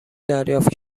دریافت